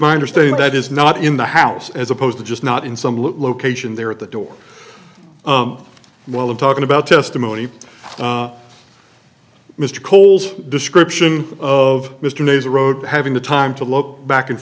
my understanding that is not in the house as opposed to just not in some location there at the door while i'm talking about testimony mr cole's description of mr naser road having the time to look back and